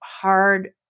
hard